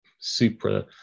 super